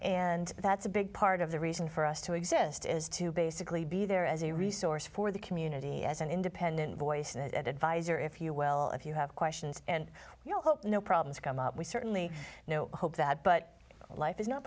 and that's a big part of the reason for us to exist is to basically be there as a resource for the community as an independent voice and advisor if you will if you have questions and you hope no problems come up we certainly hope that but life is not